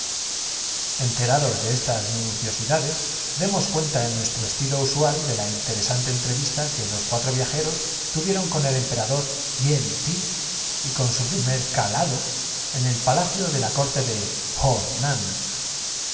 enterados de estas minuciosidades demos cuenta en nuestro estilo usual de la interesante entrevista que los cuatro viajeros tuvieron con el emperador hien ti y con su primer calado en el palacio de la corte de